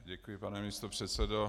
Děkuji, pane místopředsedo.